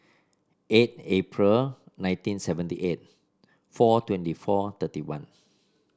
eight April nineteen seventy eight four twenty four thirty one